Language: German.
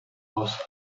aus